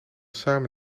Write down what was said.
samen